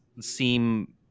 seem